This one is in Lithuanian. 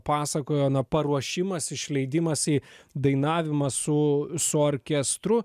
pasakojo na paruošimas išleidimas į dainavimą su su orkestru